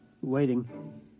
waiting